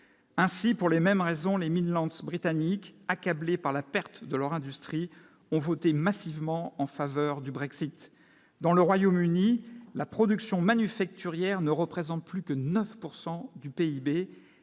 ainsi, pour les mêmes raisons, les mines lance britannique accablé par la perte de leur industrie ont voté massivement en faveur du Brexit dans le Royaume-Uni, la production manufacturière ne représente plus que 9 pourcent